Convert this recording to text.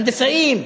הנדסאים,